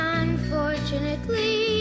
unfortunately